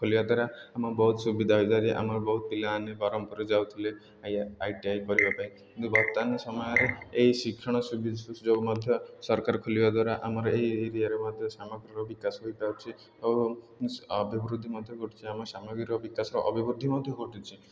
ଖୋଲିବା ଦ୍ୱାରା ଆମ ବହୁତ ସୁବିଧା ହୋଇଦାରେ ଆମର ବହୁତ ପିଲାମାନେ ପରମ୍ପରା ଯାଉଥିଲେ ଆଇୟା ଆଇ ଟି ଆଇ କରିବା ପାଇଁ କିନ୍ତୁ ବର୍ତ୍ତମାନ ସମୟରେ ଏହି ଶିକ୍ଷଣ ସୁବିଧା ସୁଯୋଗ ମଧ୍ୟ ସରକାର ଖୋଲିବା ଦ୍ୱାରା ଆମର ଏଇ ଏରିଆରେ ମଧ୍ୟ ସାମଗ୍ରୀର ବିକାଶ ହୋଇପାରୁଛି ଓ ଅଭିବୃଦ୍ଧି ମଧ୍ୟ ଘଟୁଛି ଆମ ସାମଗ୍ରୀର ବିକାଶ ଅଭିବୃଦ୍ଧି ମଧ୍ୟ ଘଟୁଛି